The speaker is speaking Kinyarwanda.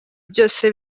byose